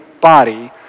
body